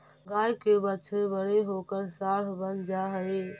गाय के बछड़े बड़े होकर साँड बन जा हई